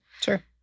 Sure